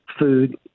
food